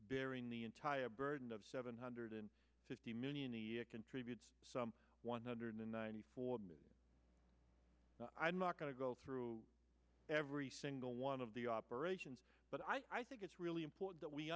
bearing the entire burden of seven hundred fifty million a year contributes one hundred ninety four i'm not going to go through every single one of the operations but i think it's really important that we